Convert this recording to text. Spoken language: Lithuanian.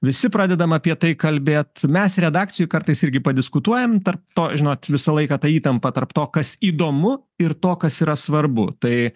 visi pradedam apie tai kalbėt mes redakcijoj kartais irgi padiskutuojam tarp to žinot visą laiką ta įtampa tarp to kas įdomu ir to kas yra svarbu tai